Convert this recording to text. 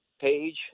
page